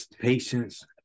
patience